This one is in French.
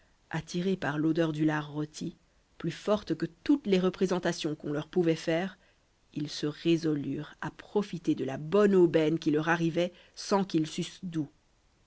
attirés par l'odeur du lard rôti plus forte que toutes les représentations qu'on leur pouvait faire ils se résolurent à profiter de la bonne aubaine qui leur arrivait sans qu'ils sussent d'où